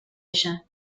ella